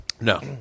No